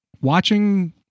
Watching